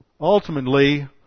Ultimately